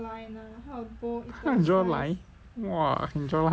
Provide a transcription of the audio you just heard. how to draw line !wah! can draw line [one] ah